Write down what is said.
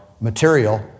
material